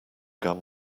gun